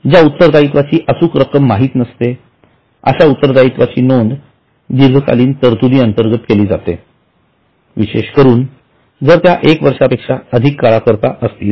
ज्या उत्तरदायित्वाची अचूक रक्कम माहित नसते अश्या उत्तरदायीत्वाची नोंद दीर्घकालीन तरतुदी अंतर्गत केली जाते विशेष करून जर त्या एक वर्षापेक्षा अधिक काळा करीता असतील